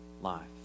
life